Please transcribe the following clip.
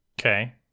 Okay